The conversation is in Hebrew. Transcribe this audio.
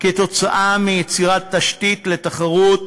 כתוצאה מיצירת תשתית לתחרות